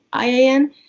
IAN